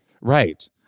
Right